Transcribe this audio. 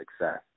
Success